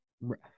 Right